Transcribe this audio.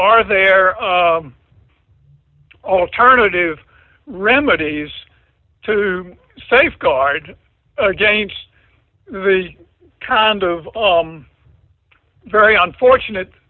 are there alternative remedies to safeguard against the kind of very unfortunate